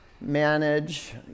Manage